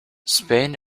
spain